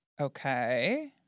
Okay